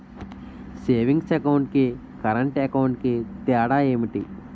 Savings account కి current account కి తేడా ఏమిటి?